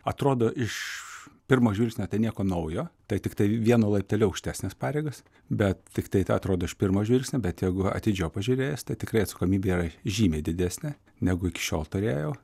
atrodo iš pirmo žvilgsnio tai nieko naujo tai tiktai vienu laipteliu aukštesnės pareigos bet tiktai atrodo iš pirmo žvilgsnio bet jeigu atidžiau pažiūrėjęs tai tikrai atsakomybė yra žymiai didesnė negu iki šiol turėjau